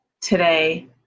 today